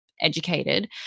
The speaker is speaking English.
educated